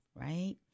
right